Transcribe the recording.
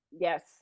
yes